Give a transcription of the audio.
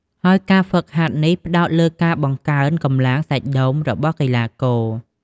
ហើយការហ្វឹកហាត់នេះផ្តោតលើការបង្កើនកម្លាំងសាច់ដុំរបស់កីឡាករ។